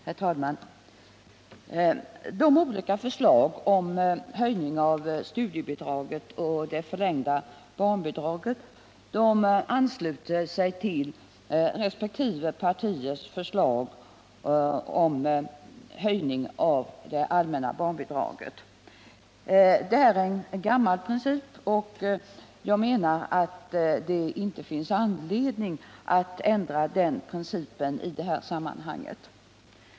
Herr talman! De olika förslagen om höjning av studiebidragen och det förlängda barnbidraget ansluter sig till resp. partiers förslag om höjning av det allmänna barnbidraget. Det är en gammal princip, och jag menar att det inte finns anledning att ändra den principen i det här sammanhanget.